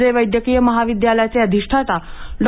जे वैद्यकीय महाविद्यालयाचे अधिष्ठाता डॉ